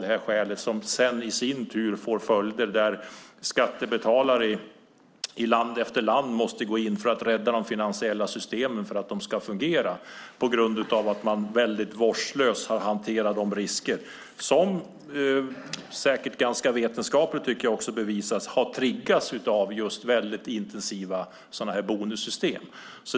Detta får i sin tur följder där skattebetalare i land efter land måste gå in för att rädda de finansiella systemen och få dem att fungera. Det hela beror på att man vårdslöst har hanterat de risker som har triggats av intensiva bonussystem, vilket också ganska säkert vetenskapligt har bevisats.